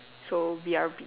so we are B